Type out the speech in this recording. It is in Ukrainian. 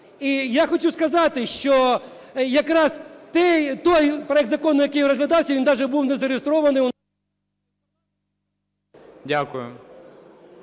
І я хочу сказати, що якраз той проект закону, який розглядався, він даже був не зареєстрований… ГОЛОВУЮЧИЙ. Дякую.